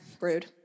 rude